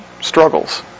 struggles